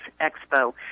Expo